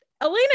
Elena